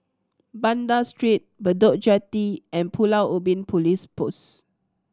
Banda Street Bedok Jetty and Pulau Ubin Police Post